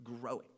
growing